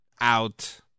out